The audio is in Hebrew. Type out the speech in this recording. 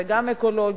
זה גם אקולוגי,